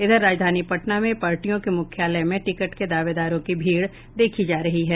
इधर राजधानी पटना में पार्टियों के मुख्यालय में टिकट के दावेदारों की भीड़ देखी जा रही है